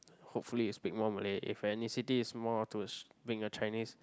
hopefully you speak more Malay if ethnicity is more towards being a Chinese